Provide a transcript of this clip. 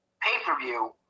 pay-per-view